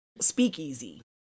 speakeasy